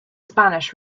spanish